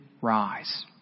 rise